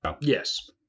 Yes